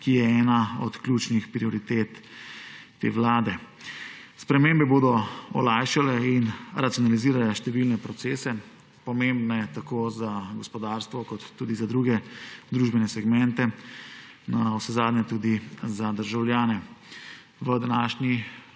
ki je ena od ključnih prioritet te vlade. Spremembe bodo olajšale in racionalizirale številne procese, pomembne tako za gospodarstvo kot tudi za druge družbenega segmente, navsezadnje tudi za državljane. V današnjem